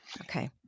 Okay